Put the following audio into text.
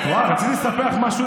מה אתה מתנגד?